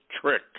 trick